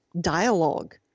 dialogue